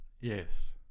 Yes